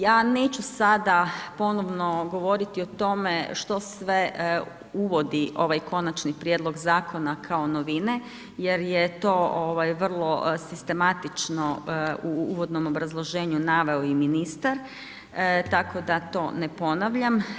Ja neću sada ponovno govoriti o tome što sve uvodi ovaj konačni prijedlog zakona kao novine jer je to vrlo sistematično u uvodnom obrazloženju naveo i ministar tako da to ne ponavljam.